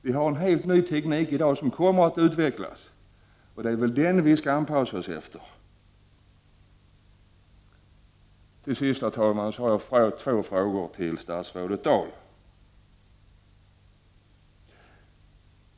Vi har en helt ny teknik som kommer att utvecklas. Det är väl den som vi skall anpassa oss efter. Till sist, herr talman, har jag två frågor till statsrådet Dahl.